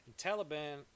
Taliban